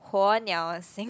火鸟:Huo Niao sing